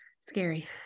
scary